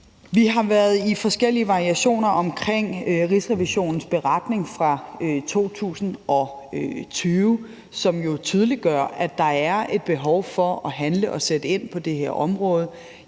Vi har på forskellig vis været omkring Rigsrevisionens beretning fra 2020, som jo tydeliggør, at der er et behov for at handle og sætte ind på det her område.